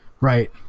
Right